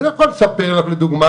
אז אני יכול לספר לך לדוגמא,